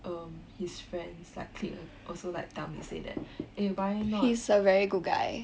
um his friends like clique also like tell me say that eh why not